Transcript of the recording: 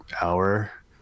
hour